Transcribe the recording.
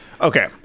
Okay